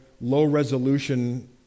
low-resolution